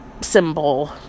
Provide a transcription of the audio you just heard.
symbol